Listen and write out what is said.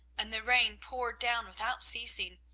and the rain poured down without ceasing.